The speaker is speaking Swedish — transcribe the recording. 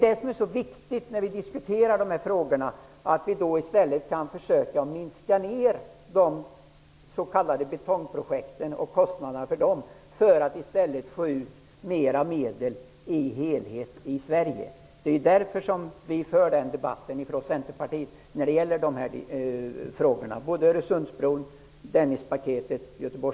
Det som är viktigt när vi diskuterar dessa frågor är att vi försöker att minska de s.k. betongprojekten och kostnaderna för dem för att i stället få ut mer medel i Sverige som helhet. Det är därför som vi från Centerpartiet för den debatten när det gäller dessa frågor -- Öresundsbron, Dennispaketet och